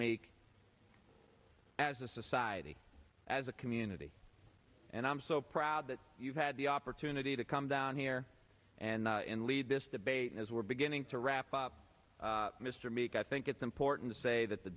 make as a society as a community and i'm so proud that you've had the opportunity to come down here and lead this debate as we're beginning to wrap up mr meek i think it's important to say that the